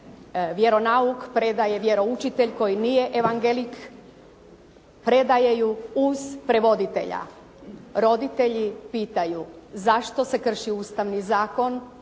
vjeronauk predaje vjeroučitelj koji nije evangelik, predaje ju uz prevoditelja. Roditelji pitaju zašto se krši Ustavni zakon